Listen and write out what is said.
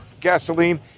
gasoline